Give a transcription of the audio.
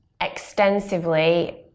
extensively